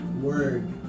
word